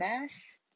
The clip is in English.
mass